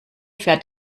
fährt